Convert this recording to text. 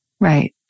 Right